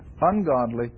ungodly